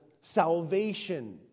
salvation